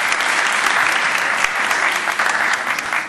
(מחיאות כפיים)